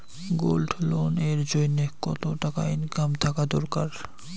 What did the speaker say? Gold loan এর জইন্যে কতো টাকা ইনকাম থাকা দরকার?